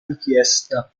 richiesta